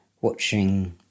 watching